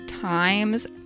times